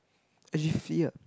S G free lah